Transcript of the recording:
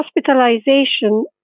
hospitalization